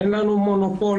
אין לנו מונופול,